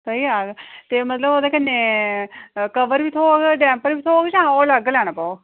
थ्होई जाह्ग मतलब ओह्दे कन्नै कवर बी थ्होग टेम्पर बी थ्होग जां ओह् अलग लैना पौग